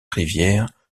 rivière